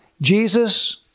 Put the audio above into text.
Jesus